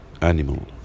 animal